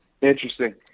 interesting